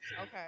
Okay